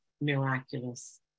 miraculous